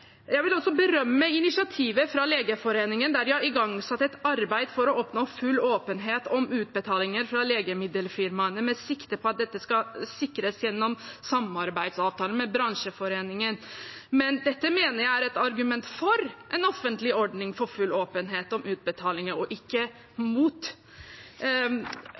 Jeg vil også berømme initiativet fra Legeforeningen, der de har igangsatt et arbeid for å oppnå full åpenhet om utbetalinger fra legemiddelfirmaene med sikte på at dette skal sikres gjennom samarbeidsavtaler med bransjeforeningen. Dette mener jeg er et argument for en offentlig ordning for full åpenhet om utbetalinger, ikke